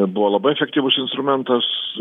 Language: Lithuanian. buvo labai efektyvus instrumentas